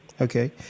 Okay